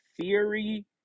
Theory